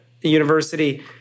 university